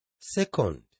Second